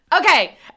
Okay